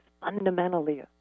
fundamentally